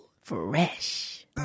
Fresh